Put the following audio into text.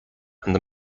and